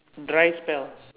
dry spell